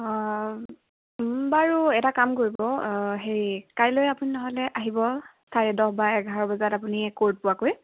অঁ বাৰু এটা কাম কৰিব হেৰি কাইলৈ আপুনি নহ'লে আহিব চাৰে দহ বা এঘাৰ বজাত আপুনি কৰ্ট পোৱাকৈ